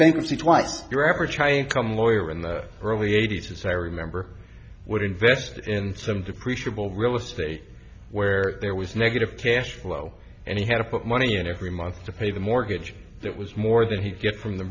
bankruptcy twice your average high income lawyer in the early eighty's i remember would invest in some depreciate will real estate where there was negative cash flow and he had to put money in every month to pay the mortgage that was more than he'd get from the